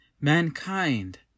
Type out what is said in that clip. Mankind